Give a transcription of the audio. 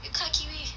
you cut kiwi